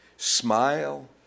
smile